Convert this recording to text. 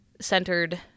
centered